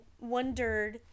wondered